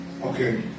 Okay